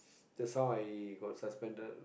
that's how I got suspended